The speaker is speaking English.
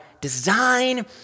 design